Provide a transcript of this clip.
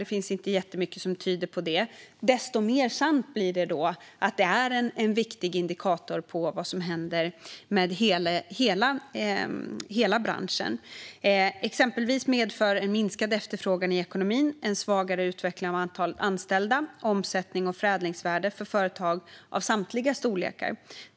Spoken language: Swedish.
Det finns inte jättemycket som tyder på det. Desto mer sant blir det att de är en viktig indikator på vad som händer med hela branschen. Exempelvis medför en minskad efterfrågan i ekonomin en svagare utveckling av antalet anställda och omsättning och förädlingsvärde för företag av samtliga storlekar.